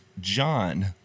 John